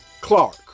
Clark